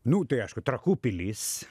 nu tai aišku trakų pilis